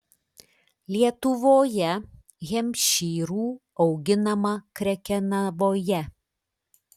lietuvoje hempšyrų auginama krekenavoje